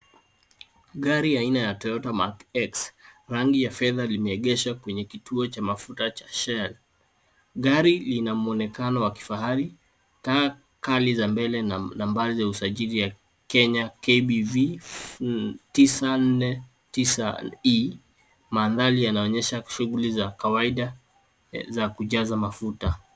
Gari aina ya Toyota Mark X rangi ya fedha limeegeshwa kwenye kituo cha mafuta cha Shell. Gari lina mwonekano wa kifahari, taa kali za mbele na nambari ya usajili ya Kenya KBV 949 E. Mandhari yanaonyesha shughuli za kawaida za kujaza mafuta.